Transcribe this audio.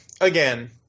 again